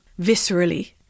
viscerally